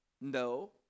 no